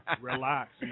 Relax